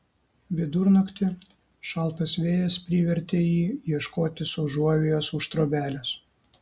vidurnaktį šaltas vėjas privertė jį ieškotis užuovėjos už trobelės